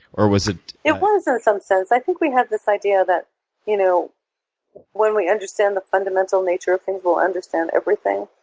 was ah it was in some sense. i think we had this idea that you know when we understand the fundamental nature of things we'll understand everything.